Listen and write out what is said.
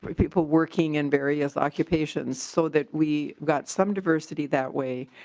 people working in various occupations. so that we get some diversity that way.